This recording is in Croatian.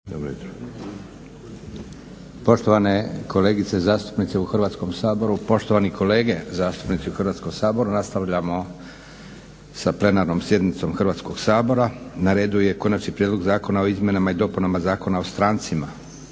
Josip (SDP)** Poštovane kolegice zastupnice u Hrvatskom saboru, poštovani kolege zastupnici u Hrvatskom saboru, Nastavljamo sa plenarnom sjednicom Hrvatskog sabora. Na redu je - Konačni prijedlog zakona o izmjenama i dopunama Zakona o strancima,